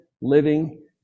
living